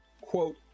quote